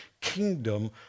kingdom